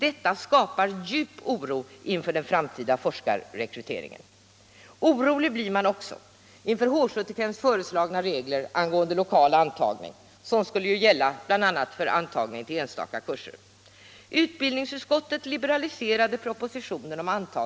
Detta skapar djup oro inför den framtida forskarrekryteringen.